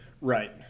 Right